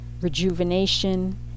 rejuvenation